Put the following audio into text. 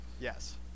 Yes